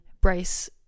Bryce